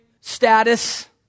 status